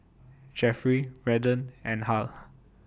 Jeffery Redden and Hal